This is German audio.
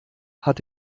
hat